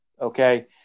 okay